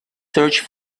search